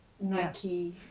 nike